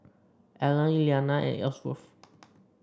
Allan Elliana and Ellsworth